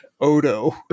Odo